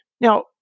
Now